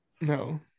No